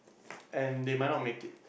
and they might not make it